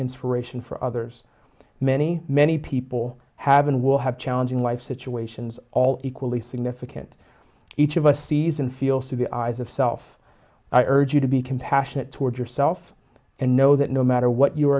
inspiration for others many many people have been will have challenging life situations all equally significant each of us sees and feels through the eyes of self i urge you to be compassionate towards yourself and know that no matter what you